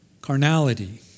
Carnality